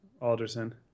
Alderson